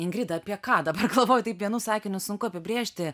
ingrida apie ką dabar galvoju taip vienu sakiniu sunku apibrėžti